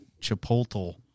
Chipotle